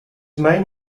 main